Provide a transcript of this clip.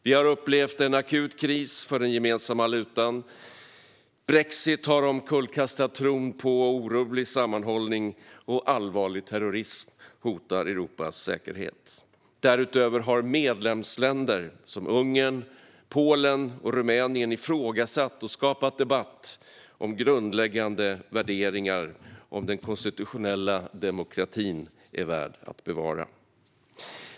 Vi har upplevt en akut kris för den gemensamma valutan. Brexit har omkullkastat tron på orubblig sammanhållning, och allvarlig terrorism hotar Europas säkerhet. Därutöver har medlemsländer som Ungern, Polen och Rumänien ifrågasatt och skapat debatt om grundläggande värderingar om den konstitutionella demokratin är värd att bevara.